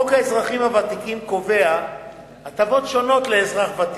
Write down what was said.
חוק האזרחים הוותיקים קובע הטבות שונות לאזרח ותיק,